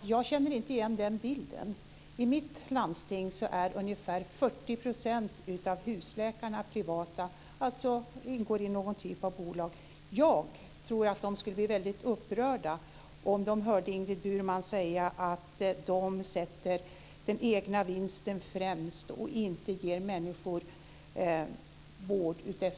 Jag känner inte igen den bilden. I mitt landsting är ungefär 40 % av husläkarna privata, dvs. de ingår i någon typ av bolag. Jag tror att de skulle bli väldigt upprörda om de hörde Ingrid Burman säga att de sätter den egna vinsten främst och inte ger människor vård efter behov.